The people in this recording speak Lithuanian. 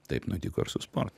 taip nutiko ir su sportu